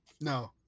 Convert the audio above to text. No